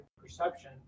perception